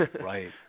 Right